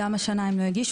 גם השנה הם לא הגישו,